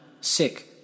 sick